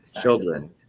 children